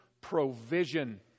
provision